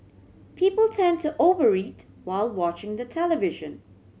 people tend to over eat while watching the television